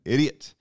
Idiot